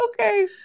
okay